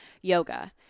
yoga